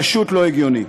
פשוט לא הגיוני.